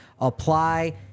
apply